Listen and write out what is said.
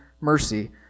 mercy